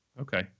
Okay